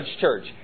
church